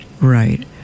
right